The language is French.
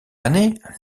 année